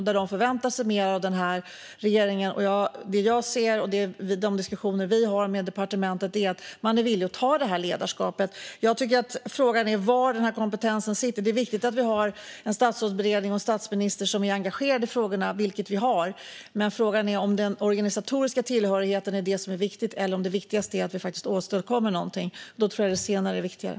De förväntar sig mer av den här regeringen, och det jag ser i de diskussioner vi har med departementet är att man är villig att ta det här ledarskapet. Jag tycker att frågan är var den här kompetensen sitter. Det är viktigt att vi har en statsrådsberedning och en statsminister som är engagerade i frågorna, vilket vi har. Men frågan är om den organisatoriska tillhörigheten är det som är viktigt eller om det viktigaste är att vi faktiskt åstadkommer någonting. Jag tror att det senare är viktigare.